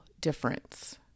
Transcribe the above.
difference